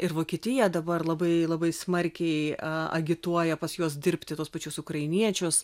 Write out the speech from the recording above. ir vokietija dabar labai labai smarkiai agituoja pas juos dirbti tuos pačius ukrainiečius